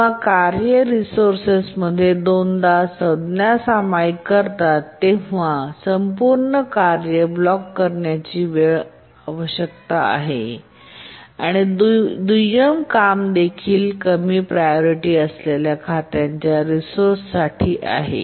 जेव्हा कार्ये रिसोर्सेत दोनदा संज्ञा सामायिक करतात तेव्हा येथे संपूर्ण ब्लॉक करण्याची वेळ आवश्यक आहे आणि दुय्यम काम देखील कमी प्रायोरिटी असलेल्या खात्यांच्या रिसोर्स साठी आहे